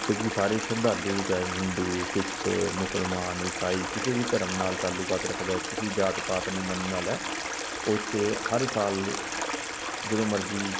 ਜਿਥੇ ਕਿ ਸਾਰੇ ਸ਼ਰਧਾਲੂ ਚਾਹੇ ਹਿੰਦੂ ਸਿੱਖ ਮੁਸਲਮਾਨ ਈਸਾਈ ਕਿਸੇ ਵੀ ਧਰਮ ਨਾਲ ਤਾਲੁਕਾਤ ਰੱਖਦੇ ਕਿਸੀ ਜਾਤ ਪਾਤ ਨੂੰ ਮੰਨਣ ਵਾਲਾ ਉਹ ਇੱਥੇ ਹਰ ਸਾਲ ਜਦੋਂ ਮਰਜ਼ੀ